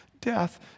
death